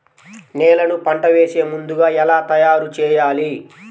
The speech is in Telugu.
నేలను పంట వేసే ముందుగా ఎలా తయారుచేయాలి?